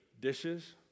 dishes